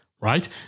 right